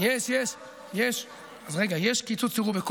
יש קיצוץ של, בחינוך.